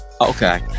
Okay